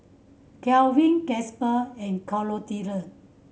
Kelvin Casper and